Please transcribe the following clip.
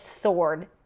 sword